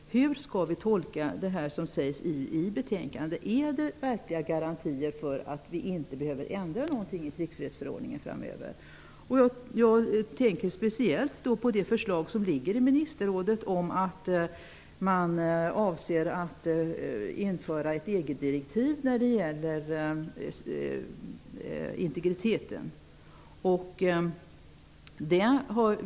Hur skall vi tolka det som sägs i betänkandet? Finns det verkliga garantier för att vi inte skall behöva ändra någonting i tryckfrihetsförordningen framöver? Jag tänker särskilt på det förslag som ligger i ministerrådet om att man avser att införa ett EG direktiv när det gäller integriteten.